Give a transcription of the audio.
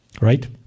right